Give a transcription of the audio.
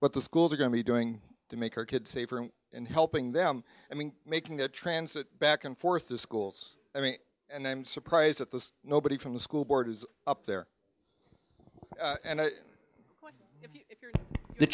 what the schools are going to be doing to make our kids safer and helping them i mean making that transit back and forth the schools i mean and i'm surprised at this nobody from the school board is up there and the